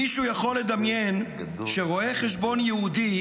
מישהו יכול לדמיין שרואה חשבון יהודי